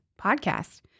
podcast